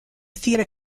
theater